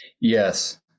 Yes